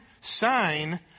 sign